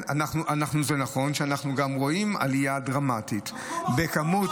זה מבקר המדינה שאתם מיניתם אומר את זה.